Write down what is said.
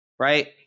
Right